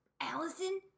Allison